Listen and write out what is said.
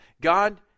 God